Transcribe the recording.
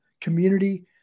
community